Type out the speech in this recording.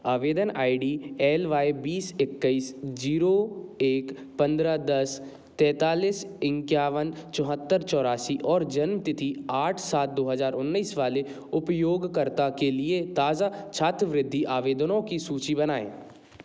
आवेदन I D L Y बीस इक्कीस जीरो एक पंद्रह दस तैंतालीस इक्यावन चौहत्तर चौरासी और जन्म तिथि आठ सात दो हज़ार उन्नीस वाले उपयोगकर्ता के लिए ताज़ा छात्रवृत्ति आवेदनों की सूचि बनाएँ